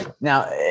Now